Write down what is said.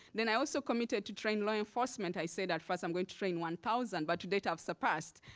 then i also committed to train law enforcement. i said that first, i'm going to train one thousand, but to date, i have surpassed.